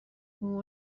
اوه